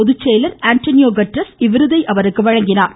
பொதுச்செயலாளர் Antonio Guterres இவ்விருதை அவருக்கு வழங்கினார்